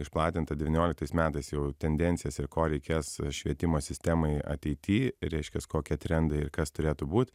išplatinta devynioliktais metais jau tendencijas ir ko reikės švietimo sistemai ateity reiškias kokie trendai ir kas turėtų būt